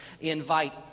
invite